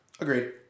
Agreed